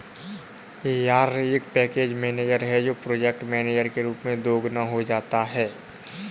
yarn एक package manager है जो प्रोजेक्ट मैनेजर के रूप में दोगुना हो जाता है